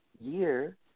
year